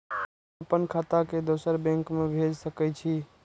हम आपन खाता के दोसर बैंक में भेज सके छी?